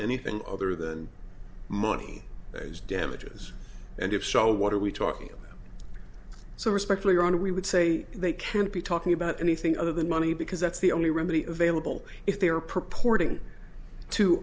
anything other than money as damages and if so what are we talking about so respectfully your honor we would say they can't be talking about anything other than money because that's the only remedy available if they are purport